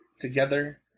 together